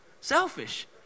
Selfish